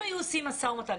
אם היו עושים משא ומתן,